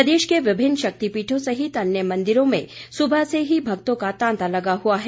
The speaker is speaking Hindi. प्रदेश के विभिन्न शक्तिपीठों सहित अन्य मंदिरों में सुबह से ही भक्तों का तांता लगा हुआ है